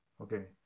Okay